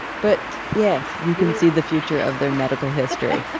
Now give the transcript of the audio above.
but yes you can see the future of their medical history